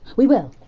we will!